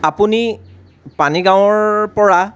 আপুনি পানীগাঁৱৰ পৰা